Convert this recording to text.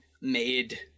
made